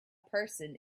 person